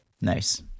Nice